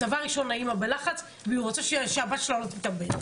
אז דבר ראשון האימא בלחץ והיא רוצה שהבת שלה לא תתאבד.